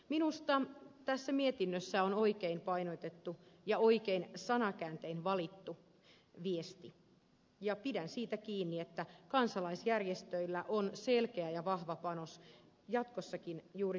minusta tässä mietinnössä on oikein painotettu ja oikein sanakääntein valittu viesti ja pidän siitä kiinni että kansalaisjärjestöillä on selkeä ja vahva panos jatkossakin juuri siviilikriisinhallinnan kentällä